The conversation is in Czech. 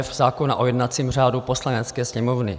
f) zákona o jednacím řádu Poslanecké sněmovny.